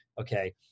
okay